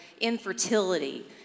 infertility